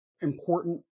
important